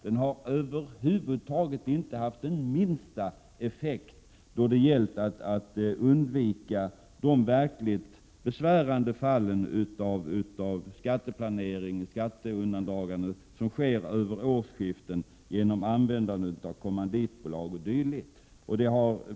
Den har över huvud taget inte haft den minsta effekt då det gällt att undvika de verkligt besvärande fallen av skatteplanering eller skatteundandragande som skett över årsskiften genom användande av kommanditbolag o. d.